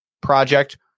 project